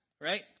right